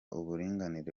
uburinganire